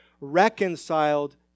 reconciled